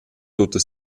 tutta